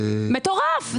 מטורף.